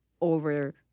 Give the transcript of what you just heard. over